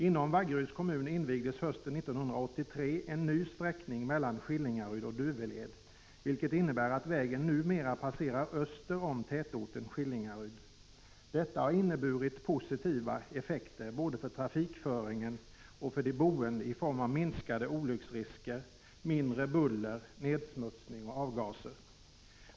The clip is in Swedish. Inom Vaggeryds kommun invigdes hösten 1983 en ny sträckning mellan Skillingaryd och Duveled, vilket innebär att vägen numera passerar öster om tätorten Skillingaryd. Detta har inneburit positiva effekter både för trafikföringen och för de boende i form av minskade olycksrisker, mindre buller, nedsmutsning och avgaser.